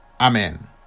Amen